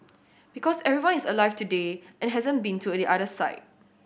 because everyone is alive today and hasn't been to the other side